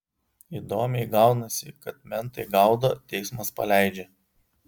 įdomiai gaunasi kad mentai gaudo teismas paleidžia